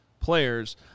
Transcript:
players